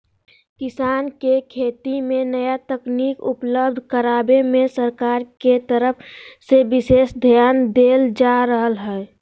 किसान के खेती मे नया तकनीक उपलब्ध करावे मे सरकार के तरफ से विशेष ध्यान देल जा रहल हई